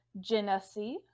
Genesee